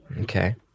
Okay